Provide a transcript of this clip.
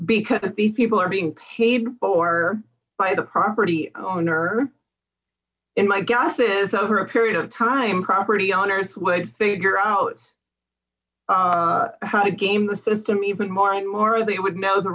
because these people are being paid for by the property owner and my guess is over a period of time property owners would figure out how to game the system even more and more they would know the